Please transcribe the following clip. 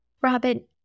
Robin